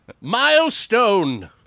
Milestone